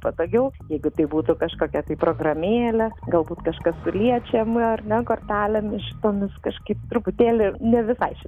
patogiau jeigu tai būtų kažkokia tai programėlė galbūt kažkas ir liečiama ar ne kortelėmis šitomis kažkaip truputėlį ne visai šiai